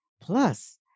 plus